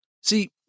See